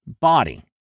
Body